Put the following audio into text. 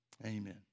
Amen